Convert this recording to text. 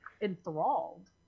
enthralled